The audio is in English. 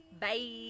Bye